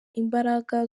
imbaraga